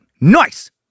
Nice